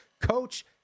Coach